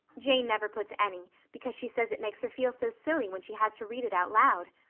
jane never puts any because she says it makes her feel so silly when she had to read it out loud.